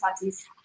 Tati's